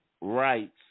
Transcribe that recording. rights